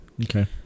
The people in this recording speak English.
Okay